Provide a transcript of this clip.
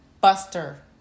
Buster